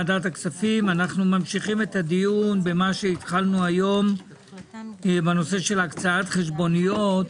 אנחנו ממשיכים את הדיון בו התחלנו הבוקר בנושא של הקצאת חשבוניות.